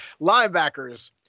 Linebackers